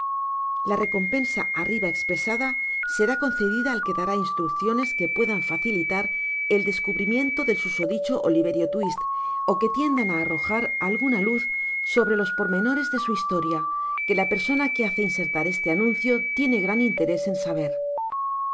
la recompensa arriba espresada será concedida al que dará iinstrucciones que puedan facilitar el descubrimiento del suso dicho oliverio twist ó que tiendan á arrojar alguna luz soibre los pormenores de su historia que la persona que hace iinsertar este anuncio tiene gran interés en saber